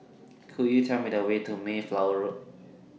Could YOU Tell Me The Way to Mayflower Road